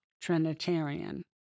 Trinitarian